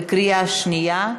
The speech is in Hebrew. בקריאה שנייה.